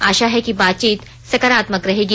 आशा है कि बातचीत सकारात्मक रहेगी